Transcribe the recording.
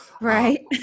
Right